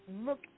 look